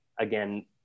again